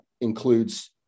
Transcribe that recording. includes